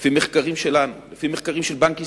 לפי מחקרים שלנו, לפי מחקרים של בנק ישראל,